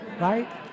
right